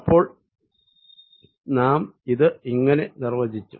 അപ്പോൾ നാം ഇത് ഇങ്ങനെ നിർവചിച്ചു